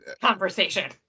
conversation